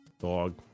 Dog